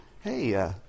hey